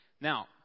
Now